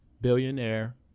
billionaire